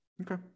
Okay